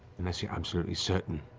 unless you're absolutely certain.